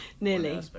nearly